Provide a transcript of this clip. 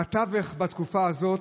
בתווך, בתקופה הזאת,